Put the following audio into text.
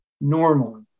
normally